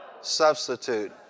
substitute